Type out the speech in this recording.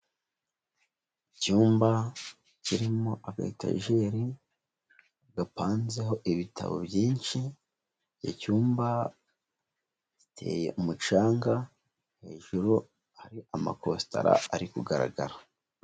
Icyumba kirimo agatajeri gapanzeho ibitabo byinshi, iki cyumba giteye umucanga, hejuru hari amakositara ari kugaragara.